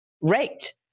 raped